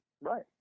Right